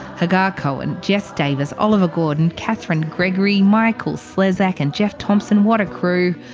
hagar cohen, jess davis, oliver gordon, katherine gregory, michael slezak and geoff thompson. what a crew!